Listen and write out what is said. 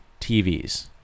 TVs